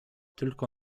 tylko